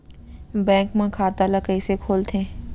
Bank म खाता ल कइसे खोलथे?